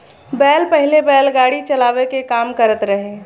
बैल पहिले बैलगाड़ी चलावे के काम करत रहे